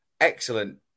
excellent